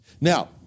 Now